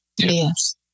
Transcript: Yes